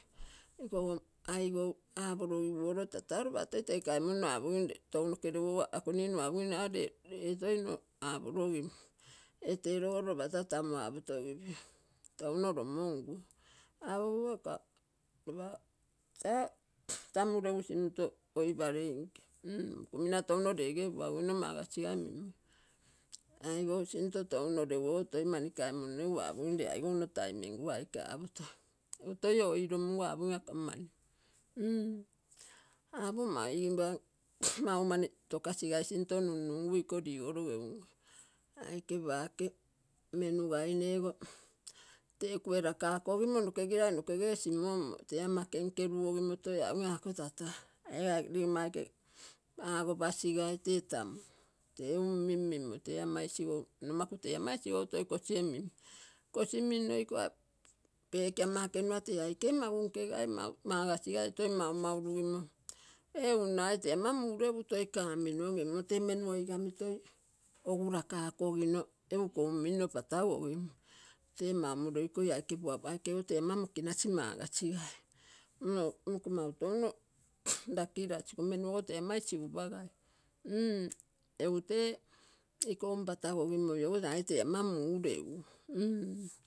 Ikogo aigo apologiguolo tato lopa toi tege kaimonno apogim tounoke leguogo ako ninu apogim aga le e toi nno pologim. E tee logoro lopa ta tam u apotogipio. Touno lomonguo apogigu apo ako lopa ta tamu legu sinto oipaleinke m-mukumina touno lege puagogino muakogino mimmoi. Aigou sinto touno nno leguoge toi mani kaimonnu egu apogim le aigou nno taimengua aike apotogi. Egu toi o ilomungu apogim akam mani m-apo maugim mau mani tokasigai sinto numnungui iko ligoroge unge. Aike pake menugainego ama kenkerugogimo toi apogim a ako tata e e ligomma aike agopasigai te tamu tamui, te um mimmino te ama isigou nomaku te ama isigou toi kosie min. Kosi mino iko peki ama ekerua te aike magunkegai magasitoi maumau lugimo e um nagai te ama mureugu kaminogim, mmo te manu oigami to ogulakakogino egu iko um minno patagogim. Te moumolilo ikoi aike aikego te ama mokinasi magasigai. Iko mau touno lakilasi iko menu ogo te ama isigupagai u-egu te iko um patagogimoi ogo egu tee ama muregu.